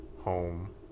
home